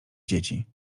dzieci